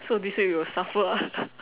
so this week we will suffer ah